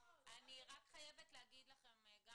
אני רק חייבת להגיד לכם, רק